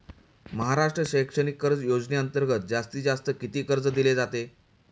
महाराष्ट्र शैक्षणिक कर्ज योजनेअंतर्गत जास्तीत जास्त किती कर्ज दिले जाते?